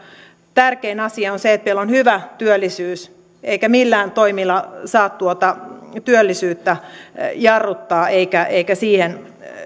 tärkein asia on se että meillä on hyvä työllisyys eikä millään toimilla saa tuota työllisyyttä jarruttaa eikä siihen